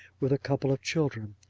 with a couple of children.